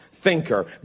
Thinker